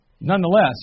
nonetheless